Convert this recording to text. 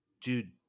dude